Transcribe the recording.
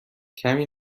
کمی